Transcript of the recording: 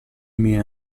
mis